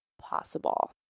possible